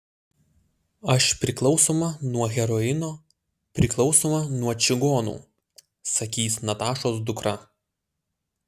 aš priklausoma nuo heroino priklausoma nuo čigonų sakys natašos dukra